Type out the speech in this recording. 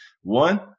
One